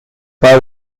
pas